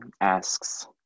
asks